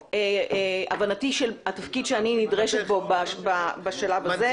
של התפקיד שאני נדרשת במצב הזה.